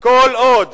כל עוד